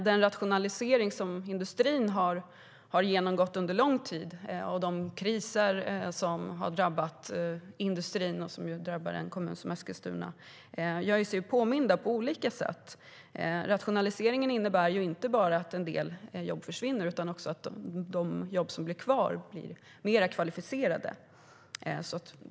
Den rationalisering som industrin har genomgått under lång tid gör sig påmind på olika sätt, liksom de kriser som har drabbat industrin och drabbar en kommun som Eskilstuna. Rationaliseringen innebär inte bara att en del jobb försvinner utan också att de jobb som blir kvar är mer kvalificerade.